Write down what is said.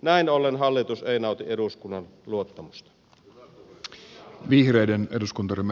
näin ollen hallitus ei nauti eduskunnan luottamusta